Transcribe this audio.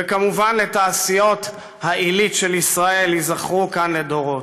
וכמובן לתעשיות העילית של ישראל ייזכרו כאן לדורות.